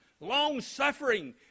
long-suffering